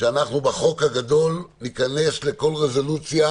שבחוק הגדול אנחנו ניכנס לכל רזולוציה